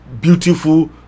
beautiful